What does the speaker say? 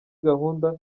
gahunda